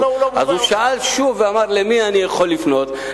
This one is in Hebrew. אז הוא שאל שוב ואמר: למי אני יכול לפנות.